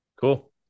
Cool